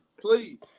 Please